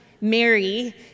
Mary